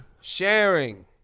sharing